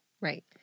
right